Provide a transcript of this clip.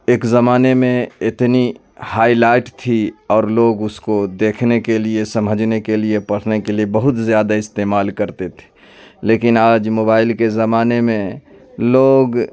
ایک زمانے میں اتنی ہائی لائٹ تھی اور لوگ اس کو دیکھنے کے لیے سمجھنے کے لیے پڑھنے کے لیے بہت زیادہ استعمال کرتے تھے لیکن آج موبائل کے زمانے میں لوگ